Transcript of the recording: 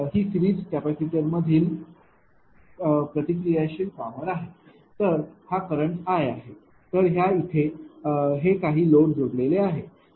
ही series capacitor मधील प्रतिक्रियाशील power आहे तर हा करंट I आहे तर ह्या येथे हे काही लोड जोडलेले आहे